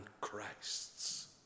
Christ's